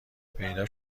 پیدا